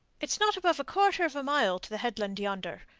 it's not above a quarter of a mile to the headland yonder,